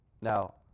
Now